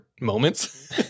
moments